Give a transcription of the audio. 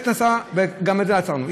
גם את זה עצרנו.